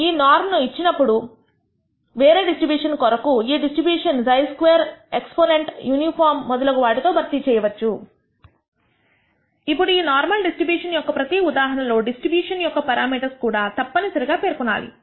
ఈ నార్మ్ ను x ఇచ్చినప్పుడు వేరే డిస్ట్రిబ్యూషన్ కొరకు ఈ డిస్ట్రిబ్యూషన్ ను χ స్క్వేర్ ఎక్స్పొనెంట్ యూనిఫామ్ మొదలగు వాటితో భర్తీ చేయవచ్చు ఇప్పుడు ఈ నార్మల్ డిస్ట్రిబ్యూషన్ యొక్క ప్రతి ఉదాహరణ లో డిస్ట్రిబ్యూషన్ యొక్క పెరామీటర్స్ కూడా తప్పని సరిగా పేర్కొనాలి